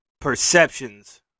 perceptions